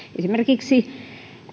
esimerkiksi